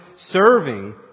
serving